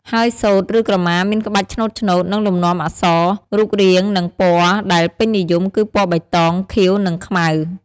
ហើយសូត្រ ឬក្រមាមានក្បាច់ឆ្នូតៗ និងលំនាំអក្សរ/រូបរាងនិង ពណ៌ដែលពេញនិយម គឺ ពណ៌បៃតង ខៀវ និងខ្មៅ។